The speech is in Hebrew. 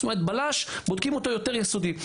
זאת אומרת, את הבלש בודקים באופן יותר יסודי.